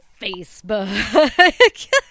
Facebook